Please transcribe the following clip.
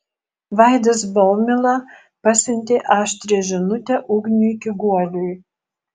vaidas baumila pasiuntė aštrią žinutę ugniui kiguoliui